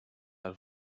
out